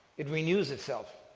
it renews itself.